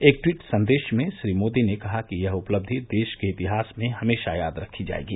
एक ट्वीट संदेश में श्री मोदी ने कहा कि यह उपलब्धि देश के इतिहास में हमेशा याद रखी जाएगी